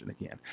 again